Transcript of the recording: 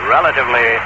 Relatively